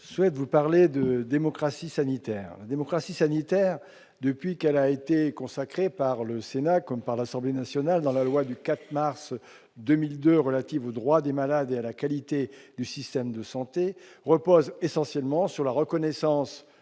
je souhaite vous parler de démocratie sanitaire. La démocratie sanitaire, depuis qu'elle a été consacrée par le Sénat, comme par l'Assemblée nationale, dans la loi du 4 mars 2002 relative aux droits des malades et à la qualité du système de santé, repose essentiellement sur la reconnaissance